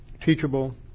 teachable